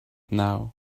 now